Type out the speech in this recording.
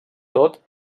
tot